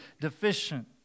deficient